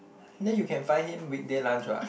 then you can find him weekday lunch what